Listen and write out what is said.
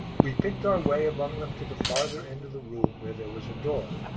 we picked our way among them to the farther end of the room where there was a door.